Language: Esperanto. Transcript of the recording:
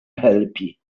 helpi